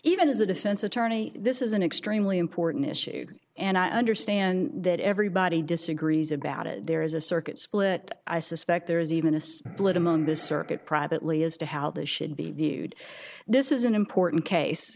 a defense attorney this is an extremely important issue and i understand that everybody disagrees about it there is a circuit split i suspect there is even a split among the circuit privately as to how this should be viewed this is an important case